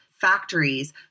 factories